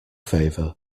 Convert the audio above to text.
favour